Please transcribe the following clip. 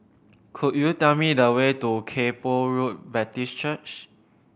could you tell me the way to Kay Poh Road Baptist Church